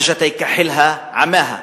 אָגַ'א תַּיְכַּחִלְהַא עָמַאהַא,